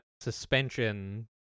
suspension